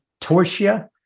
Torsia